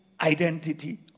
identity